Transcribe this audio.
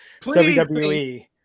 WWE